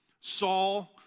Saul